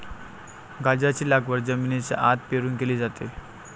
गाजराची लागवड जमिनीच्या आत पेरून केली जाते